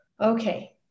okay